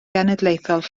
genedlaethol